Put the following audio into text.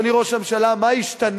אדוני ראש הממשלה, מה ישתנה,